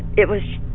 it was.